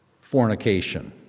fornication